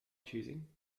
choosing